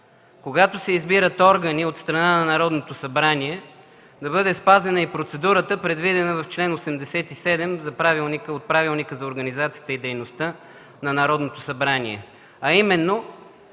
когато се избират органи от страна на Народното събрание, да бъде спазена и процедурата, предвидена в чл. 87 от Правилника за организацията и дейността на Народното събрание,